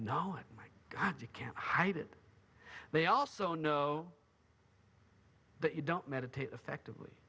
know my god you can't hide it they also know that you don't meditate effectively